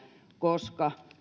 koska